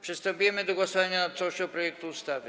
Przystępujemy do głosowania nad całością projektu ustawy.